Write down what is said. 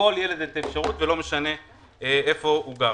לכל ילד את האפשרות ולא משנה איפה הוא גר.